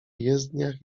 jezdniach